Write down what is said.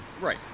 right